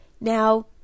Now